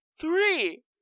three